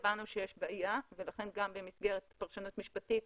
הבנו שיש בעיה ולכן גם במסגרת פרשנות משפטית,